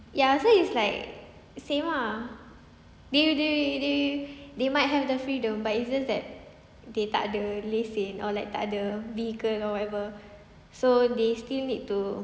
ya so is like same ah they they they they might have the freedom but it's just that they tak ada lesen or like tak ada vehicle or whatever so they still need to